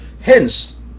Hence